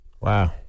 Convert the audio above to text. wow